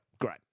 great